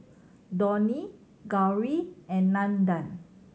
Dhoni Gauri and Nandan